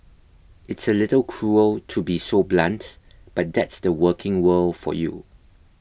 it's a little cruel to be so blunt but that's the working world for you